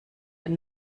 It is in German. den